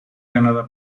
ganada